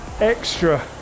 extra